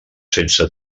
sense